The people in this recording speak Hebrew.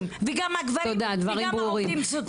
וגם הגברים וגם העובדים הסוציאליים.